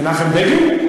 מנחם בגין?